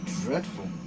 dreadful